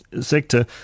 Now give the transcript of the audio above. sector